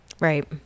right